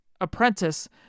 apprentice